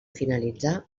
finalitzar